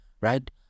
Right